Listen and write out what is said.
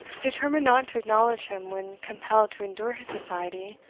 determined not to acknowledge him when compelled to endure his society,